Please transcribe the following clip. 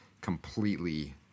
completely